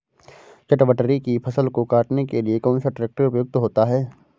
चटवटरी की फसल को काटने के लिए कौन सा ट्रैक्टर उपयुक्त होता है?